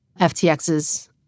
FTX's